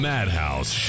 Madhouse